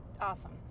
Awesome